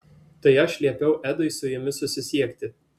tai aš liepiau edui su jumis susisiekti